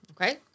Okay